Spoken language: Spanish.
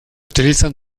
utiliza